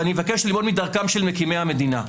אני אבקש ללמוד מדרכם של מקימי המדינה.